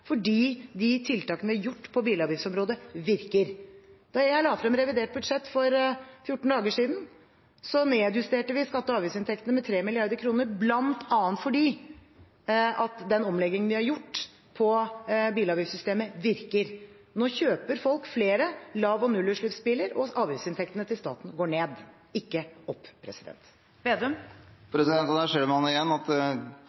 fordi de tiltakene vi har gjort på bilavgiftsområdet, virker. Da jeg la frem revidert budsjett for fjorten dager siden, nedjusterte vi skatte- og avgiftsinntektene med 3 mrd. kr, bl.a. fordi den omleggingen vi har gjort med bilavgiftssystemet, virker. Nå kjøper folk flere lav- og nullutslippsbiler, og avgiftsinntektene til staten går ned, ikke opp.